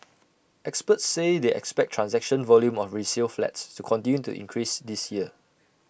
experts say they expect transaction volume of resale flats to continue to increase this year